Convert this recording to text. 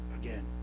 again